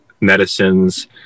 medicines